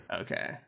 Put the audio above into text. Okay